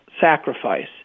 sacrifice